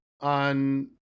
on